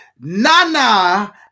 Nana